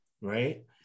Right